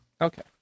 Okay